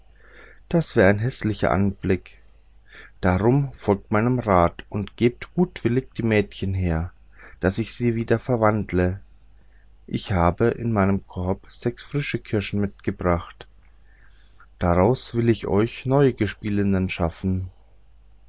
das wäre ein häßlicher anblick darum folgt meinem rat und gebt gutwillig die mädchen her daß ich sie wieder verwandle ich habe in meinem korbe sechs frische kirschen mitgebracht daraus will ich euch neue gespielinnen schaffen